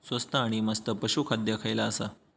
स्वस्त आणि मस्त पशू खाद्य खयला आसा?